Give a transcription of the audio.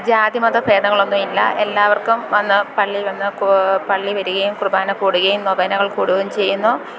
ജാതിമതഭേദങ്ങളൊന്നും ഇല്ല എല്ലാവർക്കും വന്ന് പള്ളി വന്ന് പള്ളിൽ വരികയും കുർബ്ബാന കൂടുകയും നൊവേനകൾ കൂടുകയും ചെയ്യുന്നു